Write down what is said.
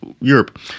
Europe